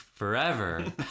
forever